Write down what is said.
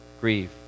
grieve